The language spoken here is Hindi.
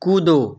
कूदो